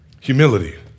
Humility